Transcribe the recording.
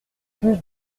plus